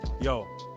Yo